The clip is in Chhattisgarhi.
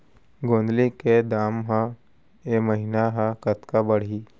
गोंदली के दाम ह ऐ महीना ह कतका बढ़ही?